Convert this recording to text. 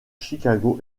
chicago